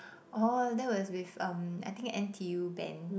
orh that was with uh I think N_T_U band